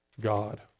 god